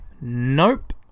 Nope